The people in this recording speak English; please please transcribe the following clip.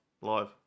Live